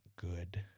good